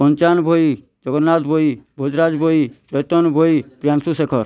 Panchanan Bhoi Jagannath Bhoi Bajraj Bhoi Chaitanya Bhoi Piyanshu Shekhar